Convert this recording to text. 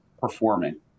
performing